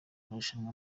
marushanwa